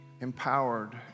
empowered